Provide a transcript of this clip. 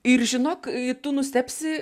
ir žinok tu nustebsi